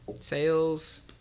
sales